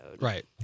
right